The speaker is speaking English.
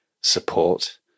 support